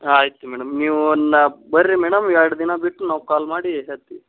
ಆಯಿತು ಮೇಡಮ್ ನೀವುನ್ನಾ ಬನ್ರಿ ಮೇಡಮ್ ಎರಡು ದಿನ ಬಿಟ್ಟು ನಾವು ಕಾಲ್ ಮಾಡಿ ಹೇಳ್ತೀವಿ